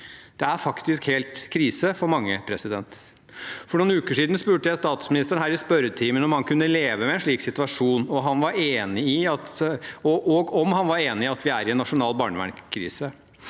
Det er faktisk helt krise for mange. For noen uker siden spurte jeg statsministeren i spørretimen om han kunne leve med en slik situasjon, og om han var enig i at vi er i en nasjonal barnevernskrise.